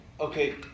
Okay